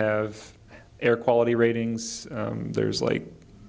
have air quality ratings there's late